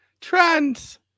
trends